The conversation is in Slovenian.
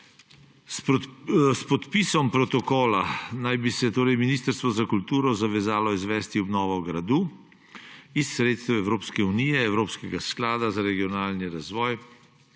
S podpisom protokola naj bi se Ministrstvo za kulturo zavezalo izvesti obnovo gradu iz sredstev Evropske unije, Evropskega sklada za regionalni razvoj,